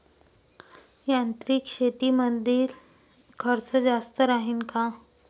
यांत्रिक शेतीमंदील खर्च जास्त राहीन का?